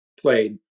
played